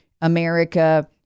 America